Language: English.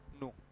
no